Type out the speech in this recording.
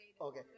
Okay